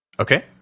Okay